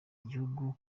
igihugu